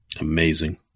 Amazing